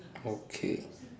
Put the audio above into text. okay